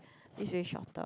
this way shorter